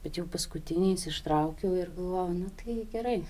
bet jau paskutiniais ištraukiau ir galvojau nu tai gerai